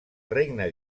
regne